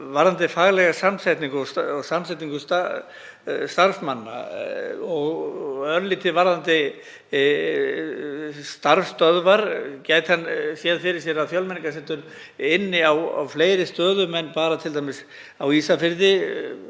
varðandi faglega framsetningu og samsetningu starfsmanna og örlítið varðandi starfsstöðvar. Gæti hann séð fyrir sér Fjölmenningarsetur ynni á fleiri stöðum en t.d. bara á Ísafirði,